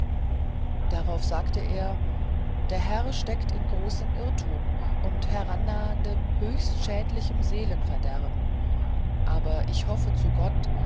darauf sagte er der herr steckt in großem irrtum und herannahenden höchst schädlichem seelenverderben aber ich hoffe zu gott